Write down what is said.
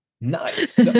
Nice